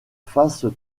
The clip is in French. face